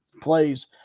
plays